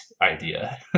idea